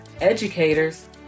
educators